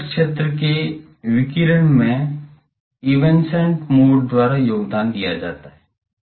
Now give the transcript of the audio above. तो निकट क्षेत्र के विकिरण में इवेन्सेन्ट मोड द्वारा योगदान दिया जाता है